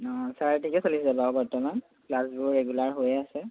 অঁ ছাৰ ঠিকেই চলি আছে বাৰু বৰ্তমান ক্লাছবোৰ ৰেগুলাৰ হৈয়ে আছে